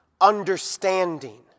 understanding